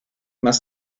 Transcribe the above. must